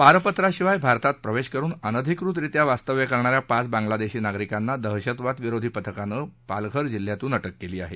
पारपत्राशिवाय भारतात प्रवेश करून अनधिकृत रित्या वास्तव्य करणा या पाच बांग्लादेशी नागरिकांना दहशतवाद विरोधी पथकानं पालघर जिल्ह्यातून अटक केली आहे